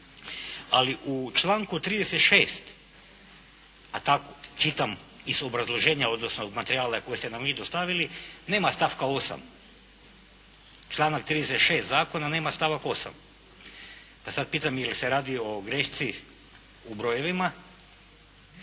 Ali u članku 36. a tako čitam iz obrazloženja odnosno materijala koje ste nam vi dostavili, nema stavka 8. Članak 36. zakona nema stavak 8., pa sada pitam da li se radi o grešci u brojevima